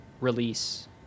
release